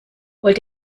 wollt